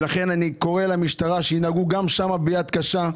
לכן אני קורא למשטרה שינהגו גם שם ביד קשה,